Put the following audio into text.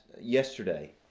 yesterday